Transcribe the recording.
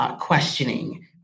questioning